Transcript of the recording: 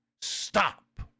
Stop